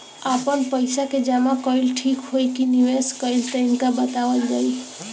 आपन पइसा के जमा कइल ठीक होई की निवेस कइल तइका बतावल जाई?